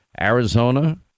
Arizona